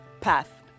path